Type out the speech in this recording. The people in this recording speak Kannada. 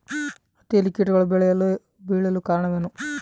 ಹತ್ತಿಯಲ್ಲಿ ಕೇಟಗಳು ಬೇಳಲು ಕಾರಣವೇನು?